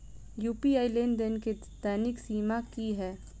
UPI लेनदेन केँ दैनिक सीमा की है?